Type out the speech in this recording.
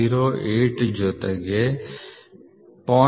08 ಜೊತೆಗೆ 0